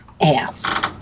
ass